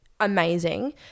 Amazing